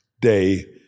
day